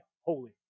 holy